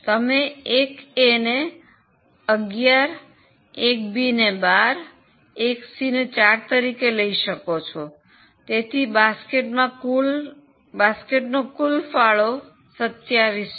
તમે 1 A 11 1 B 12 1 C 4 તરીકે લઈ શકો છો તેથી બાસ્કેટનો કુલ ફાળો 27 છે